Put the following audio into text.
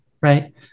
right